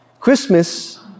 Christmas